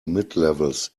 midlevels